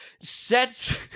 sets